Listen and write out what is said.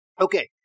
Okay